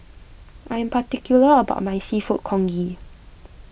I am particular about my Seafood Congee